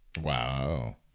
Wow